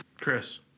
Chris